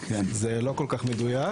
זה לא כל כך מדויק.